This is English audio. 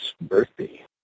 birthday